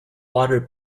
water